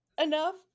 enough